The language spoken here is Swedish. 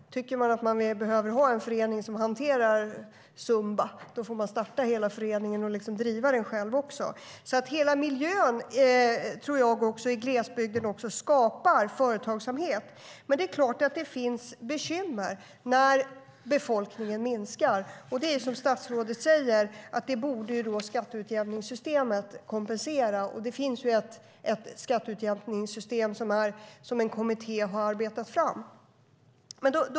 Tycker man att man behöver ha en förening som hanterar Zumba får man starta hela föreningen och också driva den själv. Jag tror att hela miljön i glesbygden skapar företagsamhet. Men det är klart att det blir bekymmer när befolkningen minskar. Och det är så som statsrådet säger, att det borde skatteutjämningssystemet kompensera. Det finns ju ett skatteutjämningssystem som en kommitté har arbetat fram.